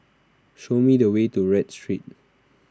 show me the way to Read Street